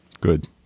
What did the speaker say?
Good